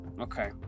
Okay